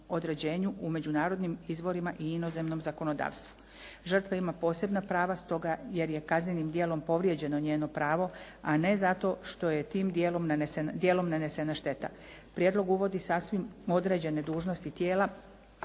u međunarodnim izvorima i inozemnom zakonodavstvu. Žrtva ima posebna prava stoga jer je kaznenim djelom povrijeđeno njeno pravo a ne zato što je tim djelom nanesena šteta. Prijedlog uvodi sasvim određene dužnosti tijela